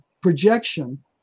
projection